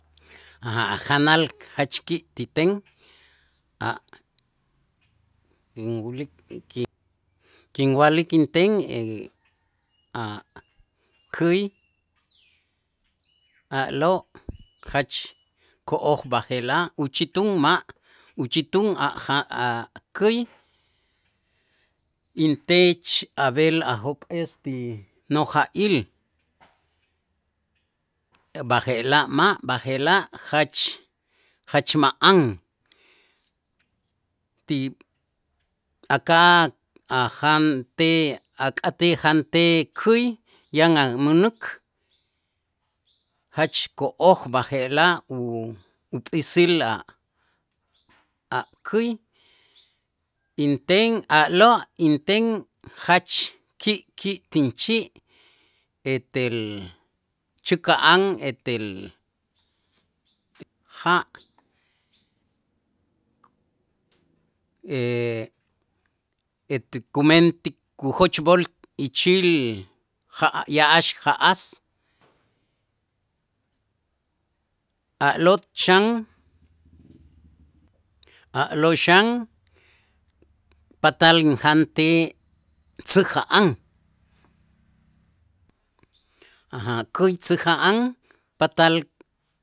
A' janal jach ki' ti ten a' inwulik ki- kinwa'lik inten a' käy a'lo' jach ko'oj b'aje'laj, uchitun ma', uchitun a' käy intech ab'el ajok'es ti noj ja'il b'aje'laj ma', b'aje'laj jach jach ma'an ti aka- ajantej ak'atij jantej käy yan a' mänäk jach ko'oj, b'aje'laj up'iisil a'-a' käy inten a'lo' inten jach ki' ki' tin chi' etel chäka'an etel ja' kumentik kujochb'ol ichil ja'-ya'ax ja'as a'lo' xan, a'lo' xan patal injantej tzäja'an, a' käy tzäja'an patal